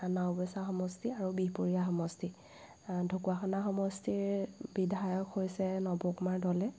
নাওবৈচা সমষ্টি আৰু বিহপুৰীয়া সমষ্টি ঢকুৱাখানা সমষ্টিৰ বিধায়ক হৈছে নৱ কুমাৰ দলে